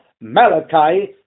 Malachi